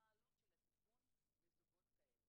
מה העלות של התיקון לזוגות כאלה.